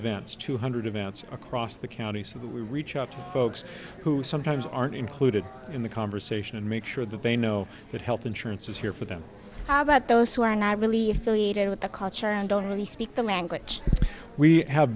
events two hundred events across the county so that we reach out to folks who sometimes aren't included in the conversation and make sure that they know that health insurance is here for them but those who are not really if the leader with the culture and don't really speak the language we have